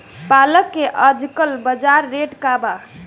पालक के आजकल बजार रेट का बा?